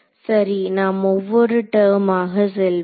சரி நாம் ஒவ்வொரு டெர்மாக செல்வோம்